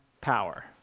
power